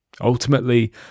Ultimately